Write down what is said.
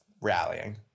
rallying